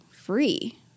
free